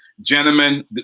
Gentlemen